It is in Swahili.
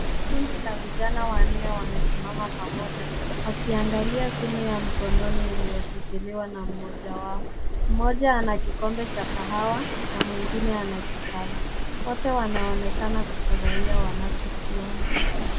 Kundi la vijana wanne wamesimama pamoja wakiangalia simu ya mkononi iliyoshikiliwa na mmoja wao. Mmoja ana kikombe cha kahawa na mwingine ana kitabu, wote wanaoekana kufurahia wanacho kiona.